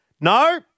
No